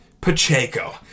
Pacheco